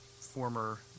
former